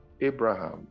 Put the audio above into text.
Abraham